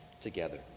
together